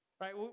right